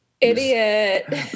Idiot